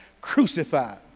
crucified